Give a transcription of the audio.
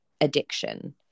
addiction